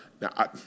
Now